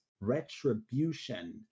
Retribution